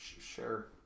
Sure